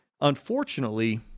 Unfortunately